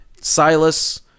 Silas